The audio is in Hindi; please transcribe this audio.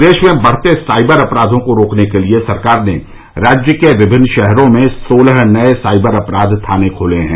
प्रदेश में बढ़ते साइबर अपराधों को रोकने के लिए सरकार ने राज्य के विभिन्न शहरों में सोलह नए साइबर अपराध थाने खोले हैं